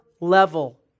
level